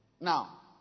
Now